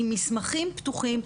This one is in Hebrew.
עם מסמכים פתוחים,